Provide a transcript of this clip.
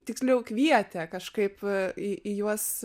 tiksliau kvietė kažkaip į į juos